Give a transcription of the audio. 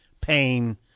pain